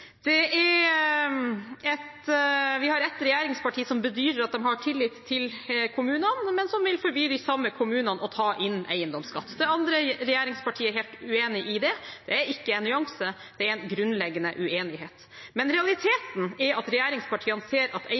Vi har ett regjeringsparti som bedyrer at de har tillit til kommunene, men som vil forby de samme kommunene å ta inn eiendomsskatt. Det andre regjeringspartiet er helt uenig i det. Det er ikke en nyanse, det er en grunnleggende uenighet. Men realiteten er at regjeringspartiene ser at